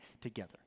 together